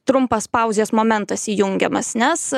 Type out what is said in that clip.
trumpas pauzės momentas įjungiamas nes